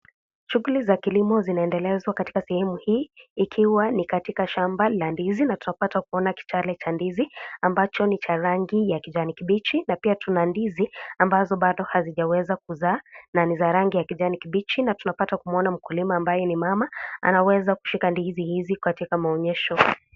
Shughuli za kilimo zinaendelezwa katika sehemu hii, ikiwa ni katika shamba la ndizi na tunapata kuona kitale cha ndizi, ambacho ni cha rangi ya kijani kibichi na pia tuna ndizi, ambazo bado hazijaweza kuzaa na ni za rangi ya kijani kibichi na tunapata kumuona mkulima ambaye ni mama, anaweza kushika ndizi hizi katika maonyesho.